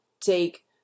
take